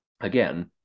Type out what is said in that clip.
again